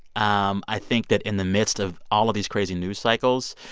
um i think that in the midst of all of these crazy news cycles,